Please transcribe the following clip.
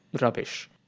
rubbish